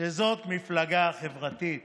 שזאת מפלגה חברתית